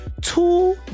Two